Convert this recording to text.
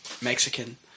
Mexican